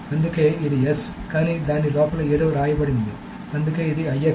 కాబట్టి అందుకే ఇది S కానీ దాని లోపల ఏదో వ్రాయబడింది అందుకే ఇది IX